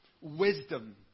wisdom